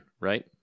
right